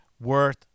worth